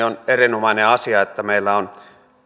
on erinomainen asia että meillä on